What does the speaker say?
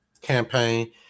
campaign